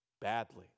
badly